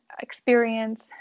experience